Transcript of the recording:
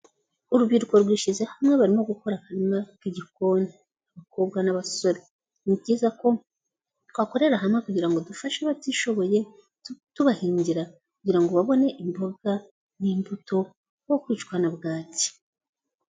Urubyiruko rwishyize hamwe barimo gukora akarima k'igikoni, abakobwa n'abasore ni byiza ko twakorera hamwe kugira ngo dufashe abatishoboye tubahingira kugira ngo babone imboga n'imbuto bo kwicwa na bwaki.